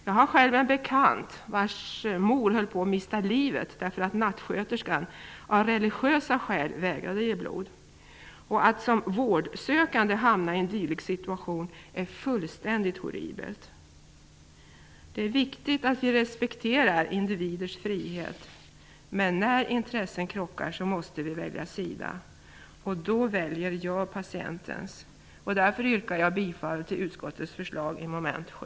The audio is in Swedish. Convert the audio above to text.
Jag har själv en bekant vars mor höll på att mista livet därför att nattsköterskan av religiösa skäl vägrade ge blod. Att som vårdsökande hamna i en dylik situation är fullständigt horribelt. Det är viktigt att vi respekterar individers frihet, men när intressen krockar måste vi välja sida, och då väljer jag patienten. Därför yrkar jag bifall till utskottets förslag i mom. 7.